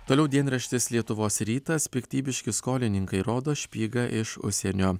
toliau dienraštis lietuvos rytas piktybiški skolininkai rodo špygą iš užsienio